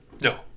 No